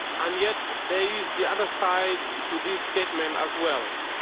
and yet there is the other side to this statement, as well.